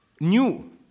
New